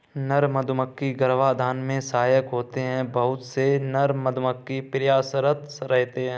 नर मधुमक्खी गर्भाधान में सहायक होते हैं बहुत से नर मधुमक्खी प्रयासरत रहते हैं